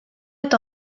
est